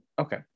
okay